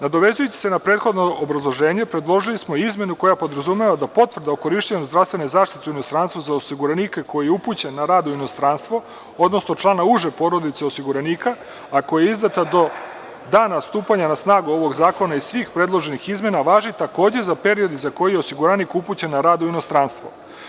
Nadovezujući se na prethodno obrazloženje predložili smo izmenu koja podrazumeva da potvrda o korišćenju zdravstvene zaštite u inostranstvu za osiguranika koji je upućen na rad u inostranstvo, odnosno člana uže porodice osiguranika, a koja je izdata do dana stupanja na snagu ovog zakona i svih predloženih izmena, važi takođe za period za koji je osiguranik upućen na rad u inostranstvo.